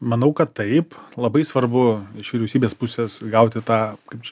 manau kad taip labai svarbu iš vyriausybės pusės gauti tą kaip čia